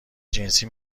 جنسی